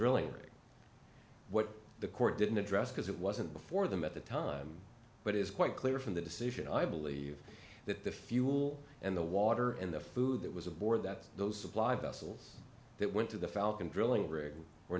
drilling what the court didn't address because it wasn't before them at the time but it is quite clear from the decision i believe that the fuel and the water and the food that was aboard that those supply vessels that went to the falcon drilling rig